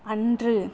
அன்று